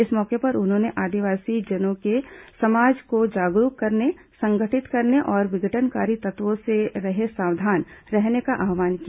इस मौके पर उन्होंने आदिवासीजनों से समाज को जागरूक करने संगठित करने और विघटनकारी तत्वों से सावधान रहने का आव्हान किया